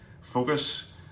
focus